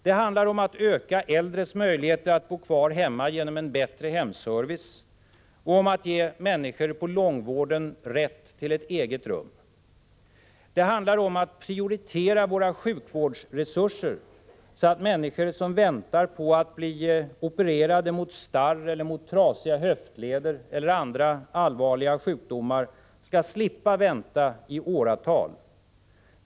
Det handlar om att öka äldres möjligheter att bo kvar hemma genom en bättre hemservice och om att ge människor på långvården rätt till eget rum. Det handlar om att prioritera våra sjukvårdsresurser så att människor som väntar på att bli opererade mot starr, trasiga höftleder eller andra allvarliga sjukdomar skall slippa vänta i åratal.